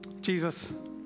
Jesus